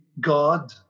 God